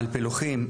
על פילוחים,